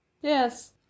Yes